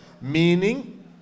Meaning